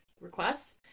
requests